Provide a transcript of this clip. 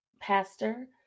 Pastor